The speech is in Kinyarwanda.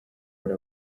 hari